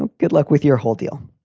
ah good luck with your whole deal,